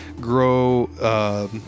grow